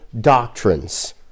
doctrines